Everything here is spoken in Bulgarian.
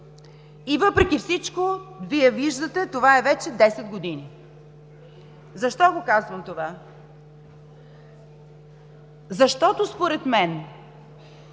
И въпреки всичко, Вие виждате, това е вече 10 години. Защо го казвам това? Защото според мен